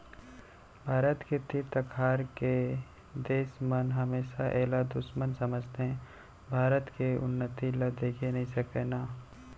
भारत के तीर तखार के देस मन हमेसा एला दुस्मन समझथें भारत के उन्नति ल देखे नइ सकय ना